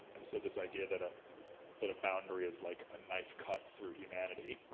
and so this idea that ah that a boundary is like a knife cut through humanity,